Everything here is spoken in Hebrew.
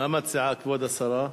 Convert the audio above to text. מה מציעה כבוד השרה?